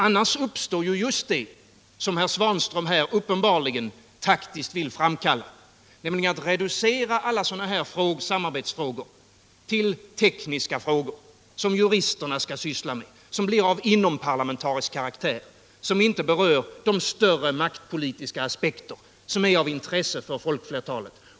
Annars uppstår ju just det läge som herr Svanström uppenbarligen av taktiska skäl vill framkalla, nämligen att alla sådana här samarbetsfrågor reduceras till tekniska frågor som juristerna skall syssla med, som blir av inomparlamentarisk karaktär och inte berör de större maktpolitiska aspekter som är av intresse för folkflertalet.